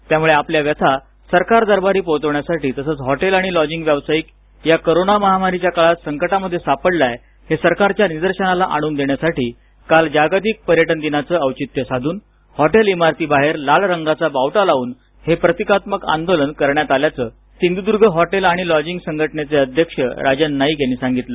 त्यामुळे आपल्या व्यथा सरकार दरबारी पोहोचण्यासाठी तसच हॉटेल आणि लॉजींग व्यावसाईक या कोरोना महामारीच्या काळात संकटामध्ये सापडलाय हे सरकारच्या निदर्शनास आणून देण्यासाठी काल जागतिक पर्यटन दिनाचं औचित्य साधून हॉटेल इमारतीबाहेर लाल रंगाचा बावटा लाऊन हे प्रतिकात्मक आनंदोलन करण्यात आल्याच सिंधुदर्ग हॉटेल आणि लॉजींग संघटनेचे अध्यक्ष राजन नाईक यांनी सांगितलं